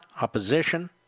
opposition